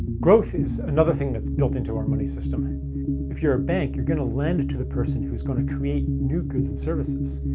growth is another thing that's built into our money system. and if you're a bank, you're going to lend it to the person who's going to create new goods and services,